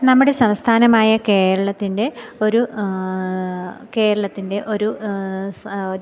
നമ്മുടെ സംസ്ഥാനമായ കേരളത്തിൻ്റെ ഒരു കേരളത്തിൻ്റെ ഒരു ഒരു